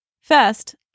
First